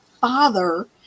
father